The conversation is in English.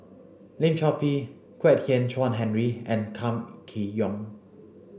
Lim Chor Pee Kwek Hian Chuan Henry and Kam Kee Yong